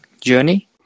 journey